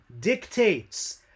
dictates